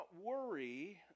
worry